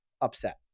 upset